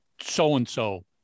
so-and-so